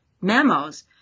memos